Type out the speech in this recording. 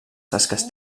tasques